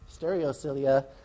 stereocilia